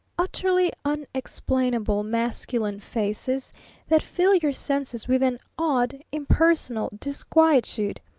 utterly unexplainable masculine faces that fill your senses with an odd, impersonal disquietude,